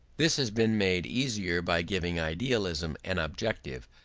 this has been made easier by giving idealism an objective,